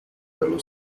dallo